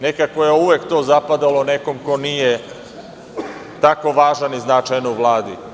Nekako je uvek to zapadalo nekom ko nije tako važan i značajan u Vladi.